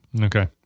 Okay